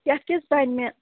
یَتھ کیٛاہ حظ بنہِ مےٚ